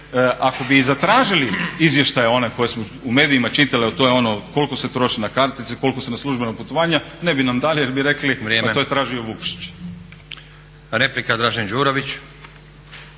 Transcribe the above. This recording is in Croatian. ako bi i zatražili izvještaje one koje smo u medijima čitali, a to je ono koliko se troši na kartice, koliko na službena putovanja ne bi nam dali jer bi rekli pa to je tražio Vukšić. **Stazić,